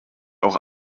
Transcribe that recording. auch